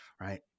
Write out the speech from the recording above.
Right